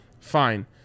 fine